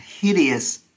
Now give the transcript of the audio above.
hideous